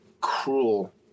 cruel